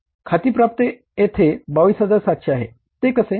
खाती प्राप्त येथे 22700 आहे ते कसे